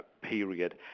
period